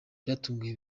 byatunguye